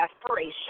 desperation